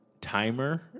timer